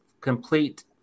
complete